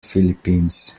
philippines